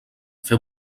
fer